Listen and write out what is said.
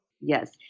Yes